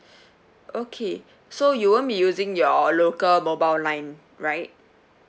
okay so you won't be using your local mobile line right